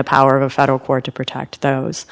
the power of federal court to protect those